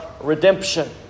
redemption